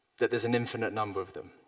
that there's an infinite number of them.